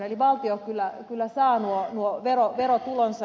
eli valtio kyllä saa nuo verotulonsa